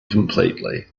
completely